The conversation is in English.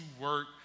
work